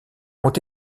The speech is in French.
ont